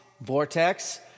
Vortex